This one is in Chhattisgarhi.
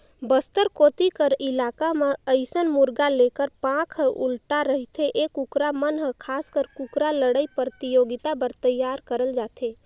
बस्तर कोती कर इलाका म अइसन मुरगा लेखर पांख ह उल्टा रहिथे ए कुकरा मन हर खासकर कुकरा लड़ई परतियोगिता बर तइयार करल जाथे